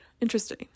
Interesting